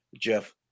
Jeff